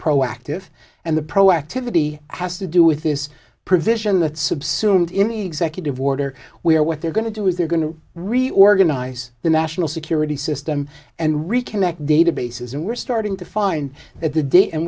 proactive and the proactivity has to do with this provision that subsumed in the executive order where what they're going to do is they're going to reorganize the national security system and reconnect databases and we're starting to find that the day and